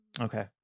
Okay